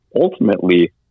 ultimately